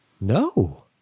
No